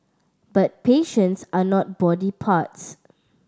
but patients are not body parts